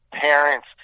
parents